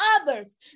others